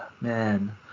man